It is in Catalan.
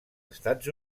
estats